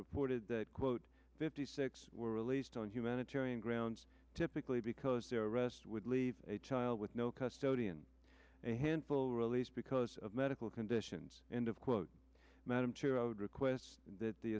reported that quote fifty six were released on humanitarian grounds typically because their arrest would leave a child with no custody and a handful released because of medical conditions and of quote madam chair i would request that the